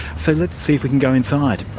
so let's see if we can go inside.